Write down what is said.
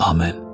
Amen